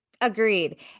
Agreed